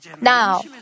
Now